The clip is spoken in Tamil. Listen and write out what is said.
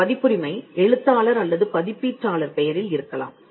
இப் பதிப்புரிமை எழுத்தாளர் அல்லது பதிப்பீட்டாளர் பெயரில் இருக்கலாம்